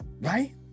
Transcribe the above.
Right